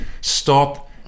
stop